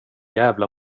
jävla